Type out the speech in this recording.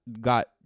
got